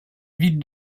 ville